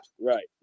right